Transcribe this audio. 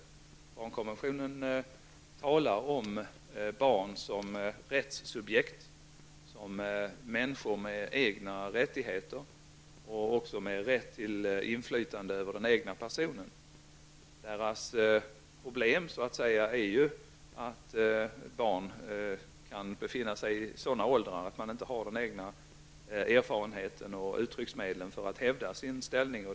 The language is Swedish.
I barnkonventionen talas om barn som rättssubjekt, som människor med egna rättigheter och rätt till inflytande över den egna personen. Problemet är ju att barn kan befinna sig i sådana åldrar att de inte har egna erfarenheter och uttrycksmedel för att hävda sin rätt.